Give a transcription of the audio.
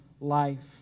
life